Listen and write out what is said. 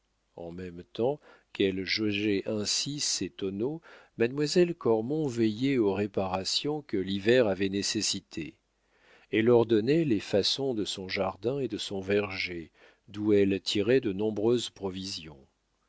en même temps qu'elle jaugeait ainsi ses tonneaux mademoiselle cormon veillait aux réparations que l'hiver avait nécessitées elle ordonnait les façons de son jardin et de son verger d'où elle tirait de nombreuses provisions